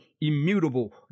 immutable